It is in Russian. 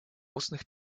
устных